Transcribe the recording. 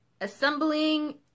Assembling